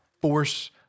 force